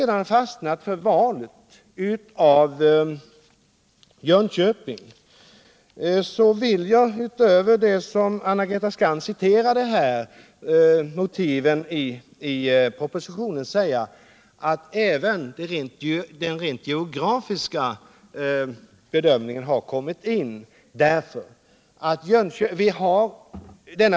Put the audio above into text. Då jag valde Jönköping kom också, förutom de av Anna-Greta Skantz citerade motiven i propositionen, en rent geografisk bedömning med i bilden.